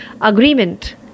agreement